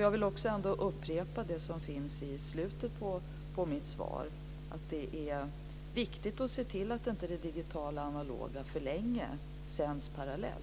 Jag vill upprepa det jag sade i slutet av mitt svar, nämligen att det är viktigt att se till att parallella analoga och digitala sändningar inte sker för länge